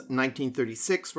1936